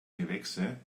gewächse